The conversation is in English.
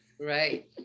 Right